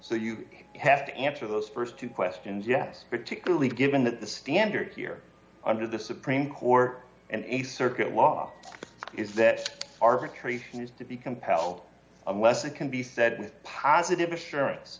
so you have to answer those st two questions yes particularly given that the standard here under the supreme court and a circuit law is that arbitration is to be compelled unless it can be said with positive assurance